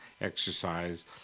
exercise